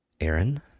Aaron